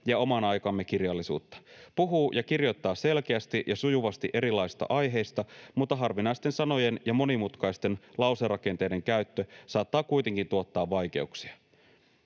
ja oman aikamme kirjallisuutta. Puhuu ja kirjoittaa selkeästi ja sujuvasti erilaisista aiheista, mutta harvinaisten sanojen ja monimutkaisten lauserakenteiden käyttö saattaa kuitenkin tuottaa vaikeuksia.”